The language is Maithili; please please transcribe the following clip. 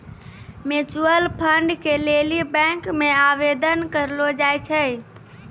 म्यूचुअल फंड के लेली बैंक मे आवेदन करलो जाय छै